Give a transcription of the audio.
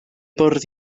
bwrdd